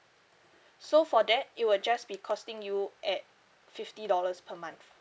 so for that it will just be costing you at fifty dollars per month